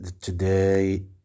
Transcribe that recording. today